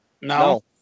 no